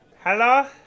Hello